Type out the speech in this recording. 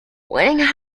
winning